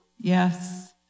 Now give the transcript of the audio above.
yes